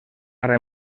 ara